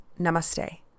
Namaste